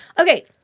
Okay